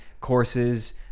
courses